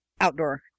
outdoor